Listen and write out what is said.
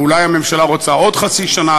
ואולי הממשלה רוצה עוד חצי שנה.